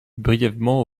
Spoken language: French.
brièvement